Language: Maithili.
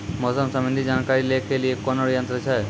मौसम संबंधी जानकारी ले के लिए कोनोर यन्त्र छ?